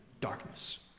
darkness